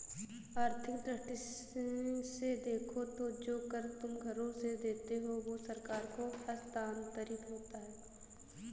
आर्थिक दृष्टि से देखो तो जो कर तुम घरों से देते हो वो सरकार को हस्तांतरित होता है